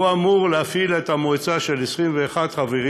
הוא אמור להפעיל את המועצה, של 21 חברים,